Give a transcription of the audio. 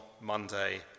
Monday